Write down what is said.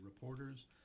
reporters